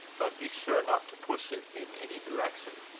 but be sure not to push it in any direction.